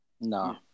No